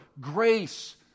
grace